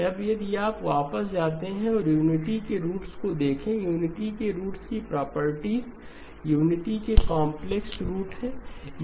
अब यदि आप वापस जाते हैं और यूनिटी के रूट्स को देखें यूनिटी के रूट्स की प्रॉपर्टीज यूनिटी के कांप्लेक्स रूट्स है